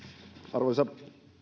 arvoisa